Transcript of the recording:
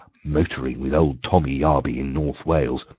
motoring with old tommy yarby in north wales.